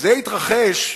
שכשזה יתרחש,